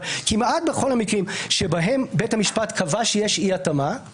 אבל אני רוצה להיות זהיר שבהם בית המשפט קבע שיש אי-התאמה,